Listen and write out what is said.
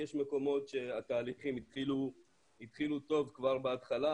יש מקומות שהתהליכים התחילו טוב כבר בהתחלה,